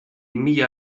mila